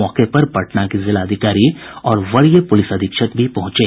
मौके पर पटना के जिलाधिकारी और वरीय पुलिस अधीक्षक भी पहुंचे